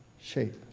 shape